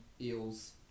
Eels